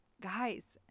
guys